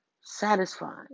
Satisfying